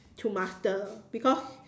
to master because